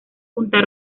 punta